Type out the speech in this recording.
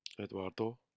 Eduardo